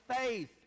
faith